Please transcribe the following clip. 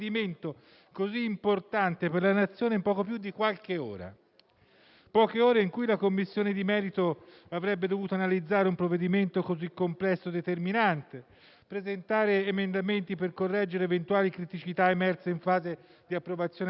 così importante per la Nazione in poco più di qualche ora. Poche ore in cui la Commissione di merito avrebbe dovuto analizzare un provvedimento così complesso e determinante, presentare emendamenti per correggere eventuali criticità emerse in fase di approvazione alla Camera,